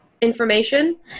information